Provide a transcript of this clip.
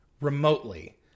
remotely